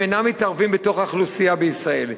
הם אינם מתערבים באוכלוסייה בישראל,